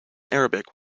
arabic